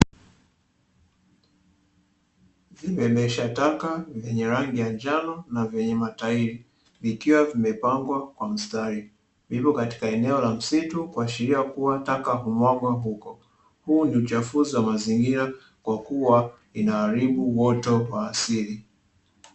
Vibebesha taka vyenye rangi ya njano na vyenye matairi, vikiwa vimepangwa kwa mstari. Vipo katika eneo la msitu, kuashiria kuwa taka humwagwa huko. Huu ni uchafuzi wa mazingira, kwa kuwa inaharibu uoto wa asili.